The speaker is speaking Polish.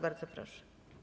Bardzo proszę.